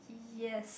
yes